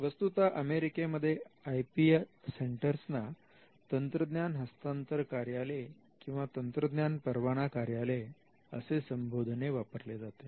वस्तुतः अमेरिकेमध्ये I P सेंटर्सना तंत्रज्ञान हस्तांतर कार्यालये किंवा तंत्रज्ञान परवाना कार्यालये असे संबोधन वापरले जाते